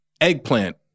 eggplant